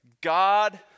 God